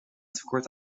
tekort